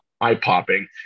eye-popping